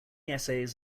essays